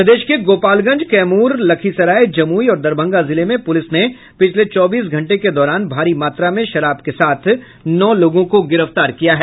प्रदेश के गोपालगंज कैमूर लखीसराय जमूई और दरभंगा जिले में पुलिस ने पिछले चौबीस घंटे के दौरान भारी मात्रा में शराब के साथ नौ लोगों को गिरफ्तार किया है